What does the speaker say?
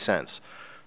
sense